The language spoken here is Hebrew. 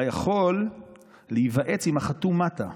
אתה יכול להיוועץ עם החתום מטה,